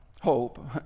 hope